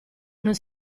non